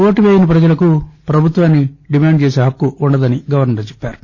vote వేయని ప్రజలకు ప్రభుత్వాన్ని దిమాండ్ చేసే హక్కు ఉ ండదని గవర్నర్ చెప్పారు